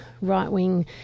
right-wing